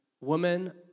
woman